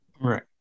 Right